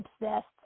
obsessed